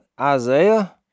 Isaiah